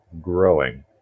growing